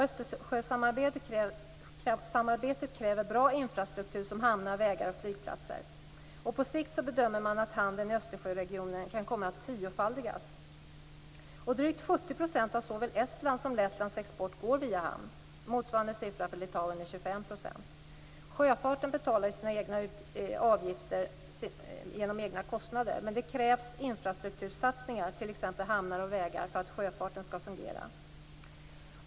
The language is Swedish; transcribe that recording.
Östersjösamarbetet kräver bra infrastruktur såsom hamnar, vägar och flygplatser. Man bedömer på sikt att handeln i Östersjöregionen kan komma att tiofaldigas. Drygt 70 % av såväl Estlands och Lettlands export går via hamn. Motsvarande siffra för Litauen är 25 %. Sjöfarten betalar genom avgifter sina egna kostnader. Men det krävs infrastruktursatsningar t.ex. i hamnar och vägar för att sjöfarten skall fungera.